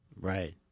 Right